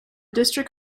district